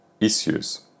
issues